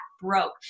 broke